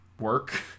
work